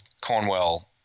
Cornwell